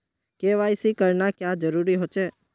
KYC करना क्याँ जरुरी होचे?